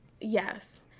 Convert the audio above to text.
Yes